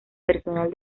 personal